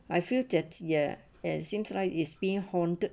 I feel that a and sims right is being haunted